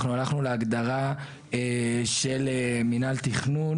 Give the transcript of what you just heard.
אנחנו הלכנו להגדרה של מינהל תכנון,